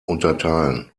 unterteilen